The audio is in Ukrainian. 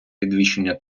підвищення